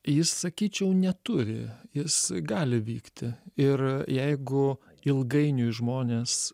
jis sakyčiau neturi jis gali vykti ir jeigu ilgainiui žmonės